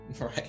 Right